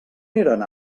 eren